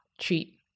treat